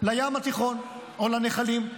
לים התיכון או לנחלים.